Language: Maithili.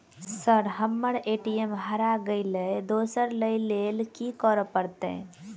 सर हम्मर ए.टी.एम हरा गइलए दोसर लईलैल की करऽ परतै?